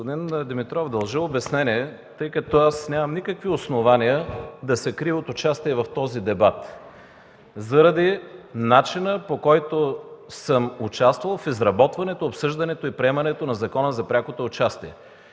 Господин Димитров, дължа в обяснение, тъй като аз нямам никакви основания да се крия от участие в този дебат заради начина, по който съм участвал в изработването, обсъждането и приемането на Закона за пряко участие